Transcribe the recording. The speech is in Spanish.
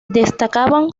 destacaban